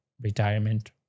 retirement